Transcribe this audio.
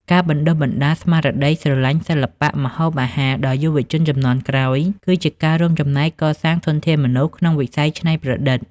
ការបណ្តុះស្មារតីស្រឡាញ់សិល្បៈម្ហូបអាហារដល់យុវជនជំនាន់ក្រោយ គឺជាការរួមចំណែកកសាងធនធានមនុស្សក្នុងវិស័យច្នៃប្រឌិត។